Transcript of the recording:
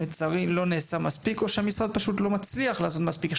לצערי לא נעשה מספיק או שהמשרד פשוט לא מצליח לעשות מספיק.